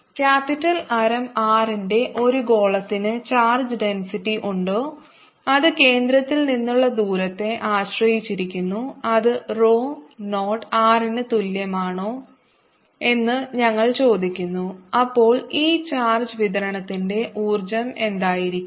capital ആരം R ന്റെ ഒരു ഗോളത്തിന് ചാർജ് ഡെൻസിറ്റി ഉണ്ടോ അത് കേന്ദ്രത്തിൽ നിന്നുള്ള ദൂരത്തെ ആശ്രയിച്ചിരിക്കുന്നു അത് rho 0 r ന് തുല്യമാണോ എന്ന് ഞങ്ങൾ ചോദിക്കുന്നു അപ്പോൾ ഈ ചാർജ് വിതരണത്തിന്റെ ഊർജ്ജം എന്തായിരിക്കും